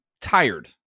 tired